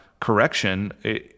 correction